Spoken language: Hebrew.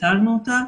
ביטלנו אותה.